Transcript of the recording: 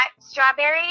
strawberry